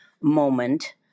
moment